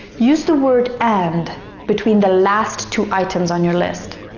use the word and between the last two items on your list